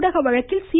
ஊடக வழக்கில் சி